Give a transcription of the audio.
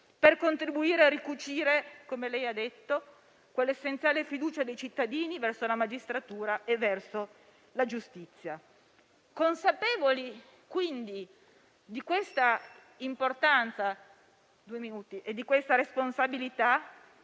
per contribuire a ricucire - come lei ha detto - quell'essenziale fiducia dei cittadini verso la magistratura e verso la giustizia. Consapevoli quindi di questa importanza e di questa responsabilità,